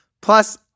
plus